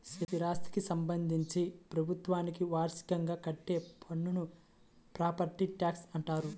స్థిరాస్థికి సంబంధించి ప్రభుత్వానికి వార్షికంగా కట్టే పన్నును ప్రాపర్టీ ట్యాక్స్గా అంటారు